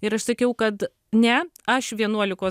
ir aš sakiau kad ne aš vienuolikos